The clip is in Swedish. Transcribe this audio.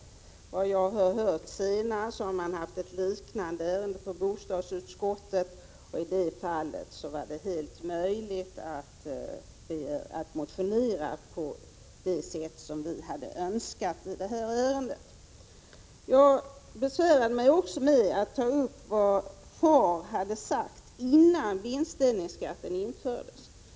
Efter vad jag har hört senare har man emellertid haft ett liknande ärende i bostadsutskottet, och i det fallet var det fullt möjligt att motionera på det sätt som vi hade önskat göra i det här ärendet. Jag besvärade mig också med att ta upp vad FAR hade sagt innan vinstdelningsskatten infördes.